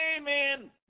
amen